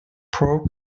pro